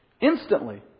Instantly